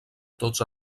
tots